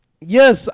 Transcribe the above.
Yes